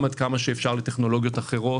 גם עד כמה שאפשר לטכנולוגיות אחרות.